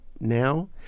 Now